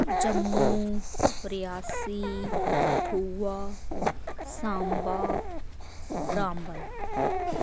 Jammu Reasi Kathua Samba Ramban